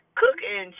cooking